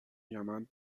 یمن